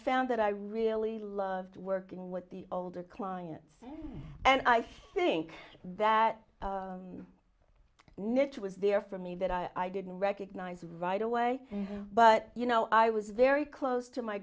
found that i really loved working with the older clients and i think that niche was there for me that i didn't recognize right away but you know i was very close to my